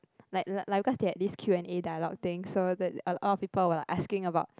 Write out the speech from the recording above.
like like like because they had this Q and A dialogue thing so the a lot of people were asking about